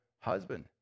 husband